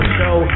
show